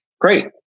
Great